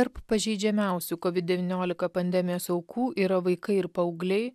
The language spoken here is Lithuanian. tarp pažeidžiamiausių covid devyniolika pandemijos aukų yra vaikai ir paaugliai